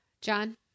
John